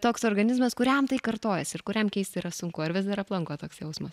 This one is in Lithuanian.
toks organizmas kuriam tai kartojasi ir kuriam keisti yra sunku ar vis dar aplanko toks jausmas